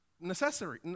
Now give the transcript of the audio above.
necessary